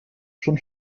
schon